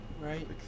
right